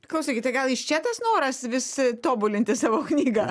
klausykit tai gal iš čia tas noras vis tobulinti savo knygą